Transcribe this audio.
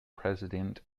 president